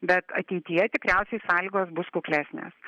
bet ateityje tikriausiai sąlygos bus kuklesnės